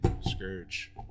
Scourge